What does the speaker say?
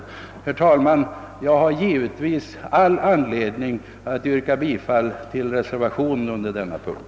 Herr talman! Jag har givetvis all anledning att yrka bifall till reservationen under denna punkt.